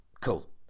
cool